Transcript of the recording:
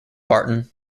barton